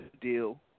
deal